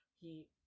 he-